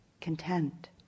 content